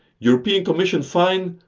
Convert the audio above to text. european commission fine,